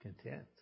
content